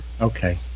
Okay